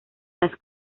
las